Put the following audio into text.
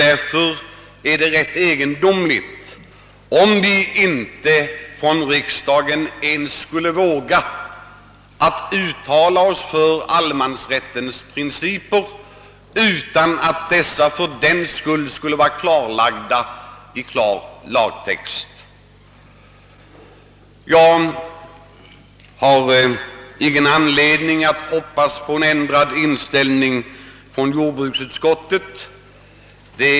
Det är då rätt egendomligt att riksdagen inte skall våga uttala sig för allemansrättens principer utan att fördenskull fastställa dessa i klar lagtext. Jag har ingen anledning att hoppas på en ändrad inställning hos jordbruksutskottet.